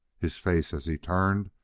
his face, as he turned,